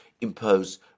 impose